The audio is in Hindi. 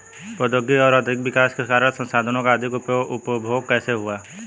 प्रौद्योगिक और आर्थिक विकास के कारण संसाधानों का अधिक उपभोग कैसे हुआ है?